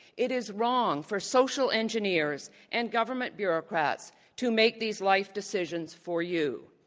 it is wrong for social engineers and government bureaucrats to make these life decisions for you.